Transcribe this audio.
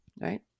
Right